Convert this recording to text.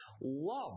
Love